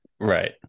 Right